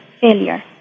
failure